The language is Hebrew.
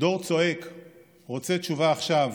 דור רוצה תשובה עכשיו.